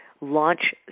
launch